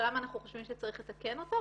ולמה אנחנו חושבים שצריך לתקן אותו,